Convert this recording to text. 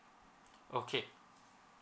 okay